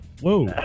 Whoa